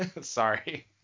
Sorry